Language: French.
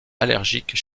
allergiques